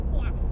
Yes